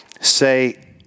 say